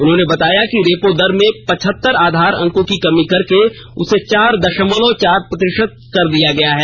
उन्होंने बताया कि रेपो दर में पचहत्तर आधार अंकों की कमी करके उसे चार दषमलव चार प्रतिषत कर दिया गया है